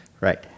Right